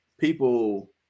people